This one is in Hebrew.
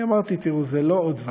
אני אמרתי: תראו, זו לא עוד ועדה,